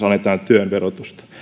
alennetaan työn verotusta